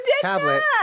tablet